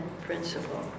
principle